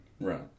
right